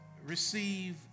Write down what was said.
Receive